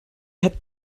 hat